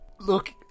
Look